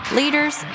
leaders